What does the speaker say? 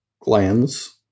glands